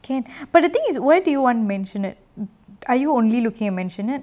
can but the thing is why do you want mansion are you only looking at mansion